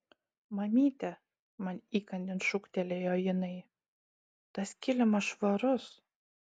mamyte man įkandin šūktelėjo jinai tas kilimas švarus